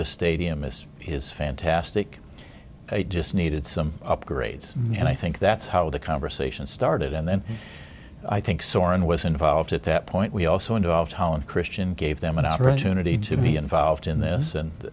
the stadium is is fantastic it just needed some upgrades and i think that's how the conversation started and then i think soren was involved at that point we also involved holland christian gave them an opportunity to be involved in this and